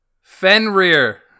Fenrir